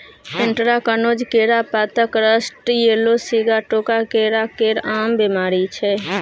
anthracnose, केरा पातक rust, yellow Sigatoka केरा केर आम बेमारी छै